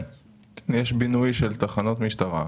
זה בהתאם לצורך.